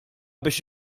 biex